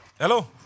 Hello